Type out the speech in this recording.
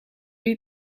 lui